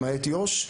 למעט יו"ש,